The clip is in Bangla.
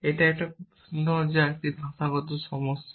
এটা একটা প্রশ্ন এটা একটা ভাষাগত সমস্যা